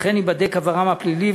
וכן ייבדק עברם הפלילי,